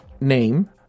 name